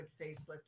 facelift